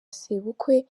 sebukwe